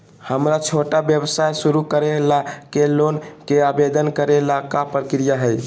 हमरा छोटा व्यवसाय शुरू करे ला के लोन के आवेदन करे ल का प्रक्रिया हई?